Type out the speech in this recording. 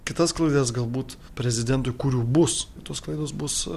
kitas klaidas galbūt prezidentui kurių bus tos klaidos bus